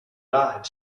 wahrheit